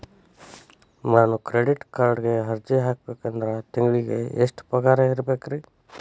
ನಾನು ಕ್ರೆಡಿಟ್ ಕಾರ್ಡ್ಗೆ ಅರ್ಜಿ ಹಾಕ್ಬೇಕಂದ್ರ ತಿಂಗಳಿಗೆ ಎಷ್ಟ ಪಗಾರ್ ಇರ್ಬೆಕ್ರಿ?